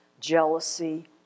jealousy